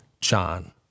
John